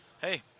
hey